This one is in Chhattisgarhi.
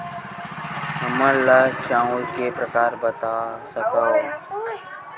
हमन ला चांउर के प्रकार बता सकत हव?